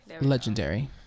Legendary